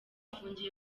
afungiye